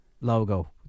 logo